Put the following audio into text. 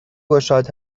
گشاد